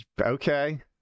okay